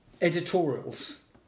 editorials